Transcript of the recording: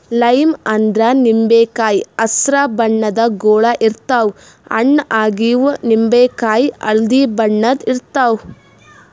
lime ಅಂದ್ರ ನಿಂಬಿಕಾಯಿ ಹಸ್ರ್ ಬಣ್ಣದ್ ಗೊಳ್ ಇರ್ತವ್ ಹಣ್ಣ್ ಆಗಿವ್ ನಿಂಬಿಕಾಯಿ ಹಳ್ದಿ ಬಣ್ಣದ್ ಇರ್ತವ್